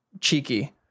cheeky